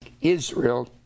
Israel